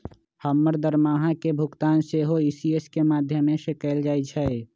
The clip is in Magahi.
हमर दरमाहा के भुगतान सेहो इ.सी.एस के माध्यमें से कएल जाइ छइ